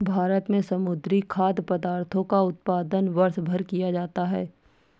भारत में समुद्री खाद्य पदार्थों का उत्पादन वर्षभर किया जाता है